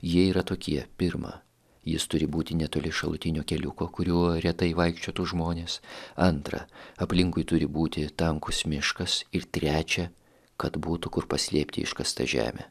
jie yra tokie pirma jis turi būti netoli šalutinio keliuko kuriuo retai vaikščiotų žmonės antra aplinkui turi būti tankus miškas ir trečia kad būtų kur paslėpti iškastą žemę